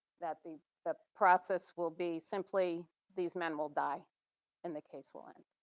that the the process will be simply these men will die and the case will end.